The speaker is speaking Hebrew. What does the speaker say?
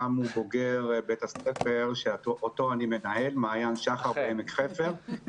רם הוא בוגר בית הספר "מעיין-שחר" בעמק חפר,